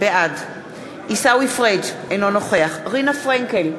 בעד עיסאווי פריג' אינו נוכח רינה פרנקל,